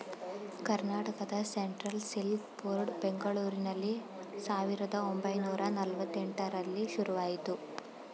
Karnataka central silk board ಬೆಂಗಳೂರಿನಲ್ಲಿ ಸಾವಿರದ ಒಂಬೈನೂರ ನಲ್ವಾತ್ತೆಂಟರಲ್ಲಿ ಶುರುವಾಯಿತು